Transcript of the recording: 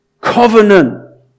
covenant